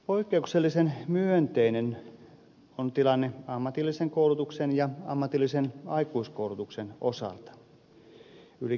poikkeuksellisen myönteinen on tilanne ammatillisen koulutuksen ja ammatillisen aikuiskoulutuksen osalta